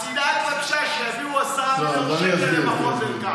אז תדאג בבקשה שיביאו 10 מיליון שקל למכון וולקני.